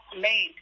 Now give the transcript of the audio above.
made